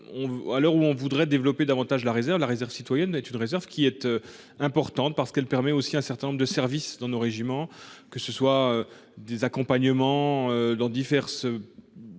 À l'heure où on voudrait développer davantage la réserve la réserve citoyenne est une réserve qui êtes importante parce qu'elle permet aussi un certain nombre de services dans nos régiments. Que ce soit des accompagnements dans diverses.